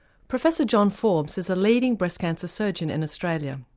professor john forbes is a leading breast cancer surgeon in australia.